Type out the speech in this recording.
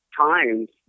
times